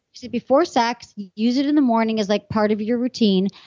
use it before sex. you use it in the morning as like part of your routine.